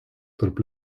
tarp